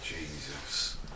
Jesus